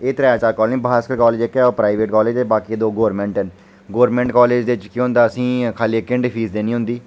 एह् त्रै चार कालज न बासकर कालज एह् जेह्का ओह् प्राइवेट कालज ऐ बाकी सारे गवर्मैंट ना गवर्मैंट कालज च केह् होंदा असें गी इक बारी गै फीस देनी होंदी